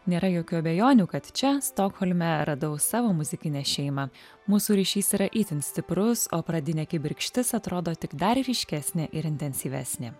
nėra jokių abejonių kad čia stokholme radau savo muzikinę šeimą mūsų ryšys yra itin stiprus o pradinė kibirkštis atrodo tik dar ryškesnė ir intensyvesnė